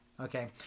Okay